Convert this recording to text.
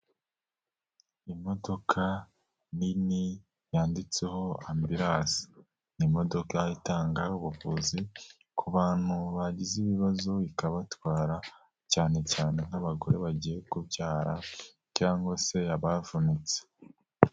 Imodoka nini yanditseho Ambilanse, ni imodoka itanga ubuvuzi ku bantu bagize ibibazo ikabatwara, cyane cyane nk'abagore bagiye kubyara cyangwa se abavunitse.